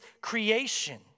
creation